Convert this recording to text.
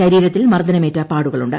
ശരീരത്തിൽ മർദ്ദനമേറ്റ പാടുകളുണ്ട്